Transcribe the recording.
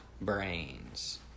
brains